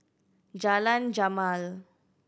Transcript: Jalan Jamal